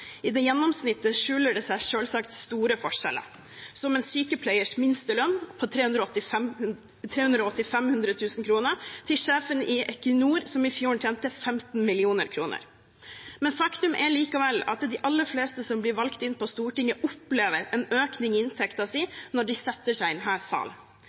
I det gjennomsnittet skjuler det seg selvsagt store forskjeller – fra en sykepleiers minstelønn, på 385 000 kr, til lønnen til sjefen i Equinor, som i fjor tjente 15 mill. kr. Faktum er likevel at de aller fleste som blir valgt inn på Stortinget, opplever en økning i inntekten sin når de setter seg i